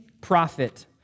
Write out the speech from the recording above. prophet